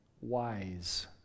wise